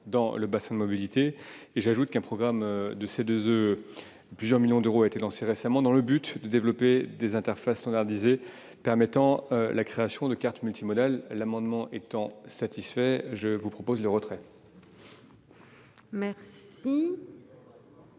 dans le bassin de mobilité. J'ajoute qu'un programme de certificats d'économie d'énergie (C2E) de plusieurs millions d'euros a été lancé récemment, dans le but de développer des interfaces standardisées permettant la création de cartes multimodales. L'amendement étant satisfait, je vous en propose le retrait. Je